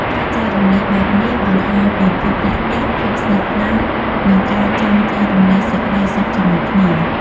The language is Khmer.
ការចែករំលែកបែបនេះ បង្ហាញពីភាពរាក់ទាក់ ភាពស្និទ្ធស្នាល និងការចង់ចែករំលែកសេចក្តីសុខជាមួយគ្នា។